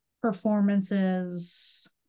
performances